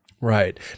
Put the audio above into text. Right